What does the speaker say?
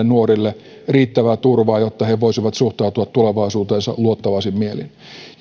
nuorille riittävää turvaa jotta he voisivat suhtautua tulevaisuuteensa luottavaisin mielin